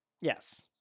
Yes